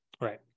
right